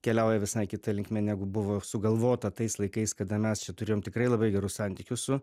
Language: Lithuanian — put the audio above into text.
keliauja visai kita linkme negu buvo sugalvota tais laikais kada mes čia turėjom tikrai labai gerus santykius su